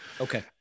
Okay